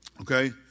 Okay